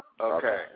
Okay